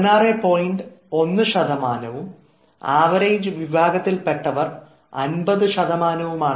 1 average വിഭാഗത്തിൽപെട്ടവർ 50 ശതമാനവുമാണ്